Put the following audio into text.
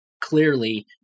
clearly